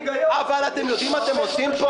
אבל אתם יודעים מה אתם עושים פה?